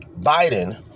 Biden